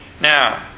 Now